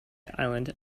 island